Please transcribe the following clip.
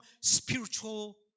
spiritual